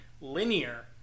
linear